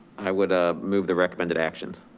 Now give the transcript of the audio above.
i would ah move the recommended actions.